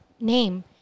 name